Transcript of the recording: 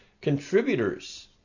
contributors